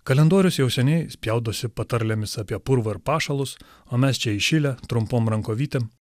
kalendorius jau seniai spjaudosi patarlėmis apie purvą ir pašalus o mes čia įšilę trumpom rankovytėm